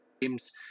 games